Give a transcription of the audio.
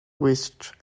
which